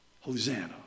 Hosanna